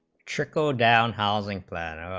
trickle down housing plan